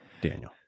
Daniel